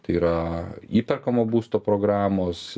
tai yra įperkamo būsto programos